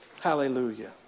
Hallelujah